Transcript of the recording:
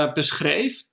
beschreef